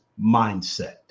mindset